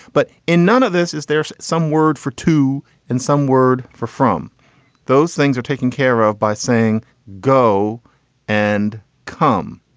but in none of this is there's some word for to and some word for from those things are taken care of by saying go and come.